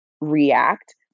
react